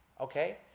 okay